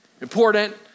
important